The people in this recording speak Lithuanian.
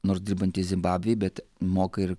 nors dirbantys zimbabvėj bet moka ir